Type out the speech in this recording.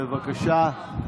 בבקשה.